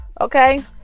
okay